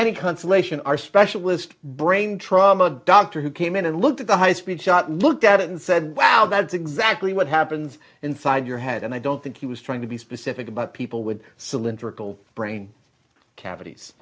any consolation our specialist brain trauma doctor who came in and looked at the high speed shot looked at it and said well that's exactly what happens inside your head and i don't think he was trying to be specific about people with cylindrical brain cavities